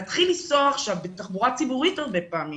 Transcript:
להתחיל לנסוע עכשיו בתחבורה ציבורית הרבה פעמים